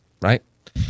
right